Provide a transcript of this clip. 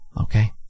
Okay